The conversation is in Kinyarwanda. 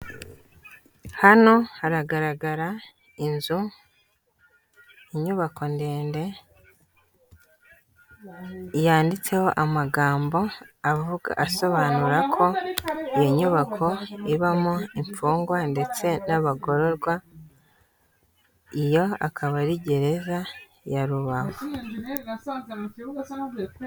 Hano haragaragara inzu, inyubako ndende, yanditseho amagambo avuga asobanura ko iyi nyubako ibamo imfungwa, ndetse n'abagororwa, iyo akaba ari gereza ya Rubavu,